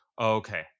Okay